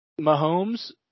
Mahomes